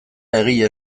egile